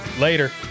Later